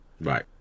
Right